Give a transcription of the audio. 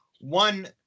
One